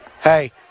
hey